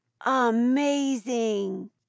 Amazing